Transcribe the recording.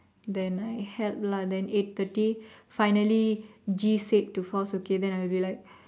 then I help lah then eight thirty finally G said to force okay then I be like